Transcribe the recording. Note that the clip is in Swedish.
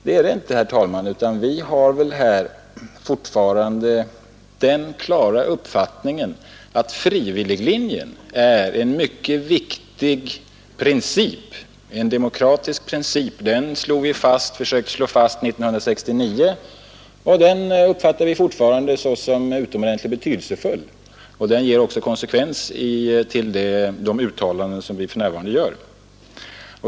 Det är det inte, fru talman, utan vi har fortfarande den klara uppfattningen att frivilliglinjen är en mycket viktig princip, en demokratisk princip. Den försökte vi slå fast 1969 och den uppfattar vi fortfarande såsom betydelsefull. Den ger också till konsekvens de uttalanden som vi för närvarande gör.